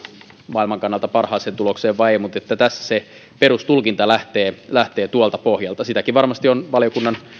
maailman kannalta parhaaseen tulokseen vai ei tässä perustulkinta lähtee lähtee tuolta pohjalta sitäkin varmasti on valiokunnan